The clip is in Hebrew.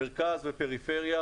מרכז ופריפריה.